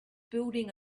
building